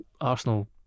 Arsenal